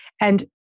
And-